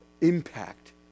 impact